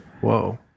Whoa